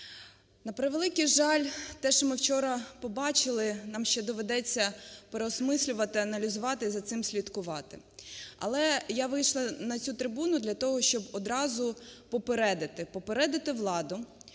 На превеликий жаль, те, що ми вчора побачили, нам ще доведеться переосмислювати, аналізувати і за цим слідкувати. Але я вийшла на цю трибуну для того, щоб одразу попередити, попередити владу,